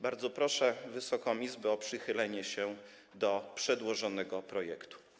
Bardzo proszę Wysoką Izbę o przychylenie się do przedłożonego projektu.